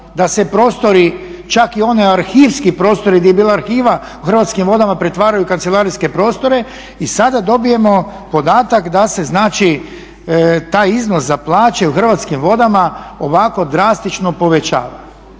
da se prostori čak i oni arhivski prostori gdje je bila arhive u Hrvatskim vodama pretvaraju u kancelarijske prostore i sada dobijemo podatak da se taj iznos za plaće u Hrvatskim vodama ovako drastično povećava.